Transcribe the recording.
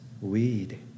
weed